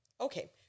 Okay